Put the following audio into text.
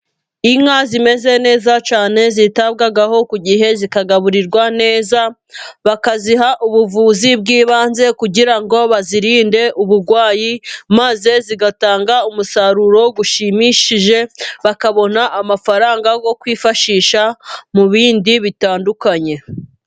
Inka zimeze neza cyane zitabwaho ku gihe zikagaburirwa neza, bakaziha ubuvuzi bw'ibanze kugira ngo bazirinde ubugwayi, maze zigatanga umusaruro ushimishije, bakabona amafaranga yo kwifashisha mu bindi bitandukanye.